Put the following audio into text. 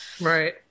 Right